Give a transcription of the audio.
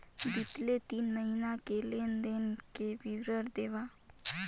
बितले तीन महीना के लेन देन के विवरण देवा?